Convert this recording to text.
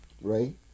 Right